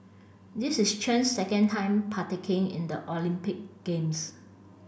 this is Chen's second time partaking in the Olympic games